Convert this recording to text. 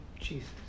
Jesus